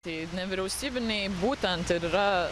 tai nevyriausybiniai būtent ir yra